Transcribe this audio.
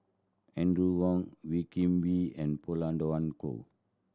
Audrey Wong Wee Kim Wee and Pauline Dawn Loh